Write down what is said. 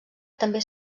també